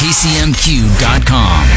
KCMQ.com